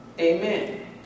Amen